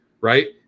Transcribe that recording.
right